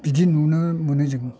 बिदि नुनो मोनो जों